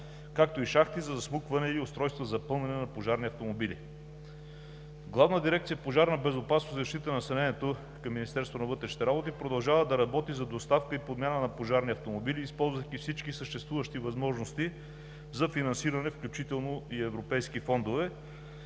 както и шахти за засмукване и устройства за пълнене на пожарни автомобили. Главна дирекция „Пожарна безопасност и защита на населението“ към Министерство на вътрешните работи продължава да работи за доставка и подмяна на пожарни автомобили, използвайки всички съществуващи възможности за финансиране, включително и европейски фондове.